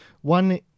one